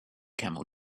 camel